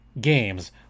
games